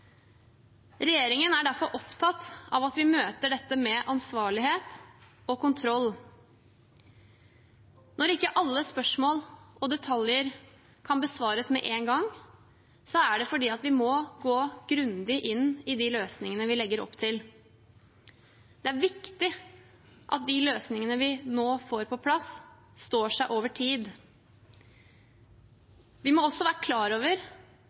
Regjeringen er derfor opptatt av at vi møter dette med ansvarlighet og kontroll. Når ikke alle spørsmål og detaljer kan besvares med en gang, er det fordi vi må gå grundig inn i de løsningene vi legger opp til. Det er viktig at de løsningene vi nå får på plass, står seg over tid. Vi må også være klar over